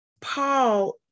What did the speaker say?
Paul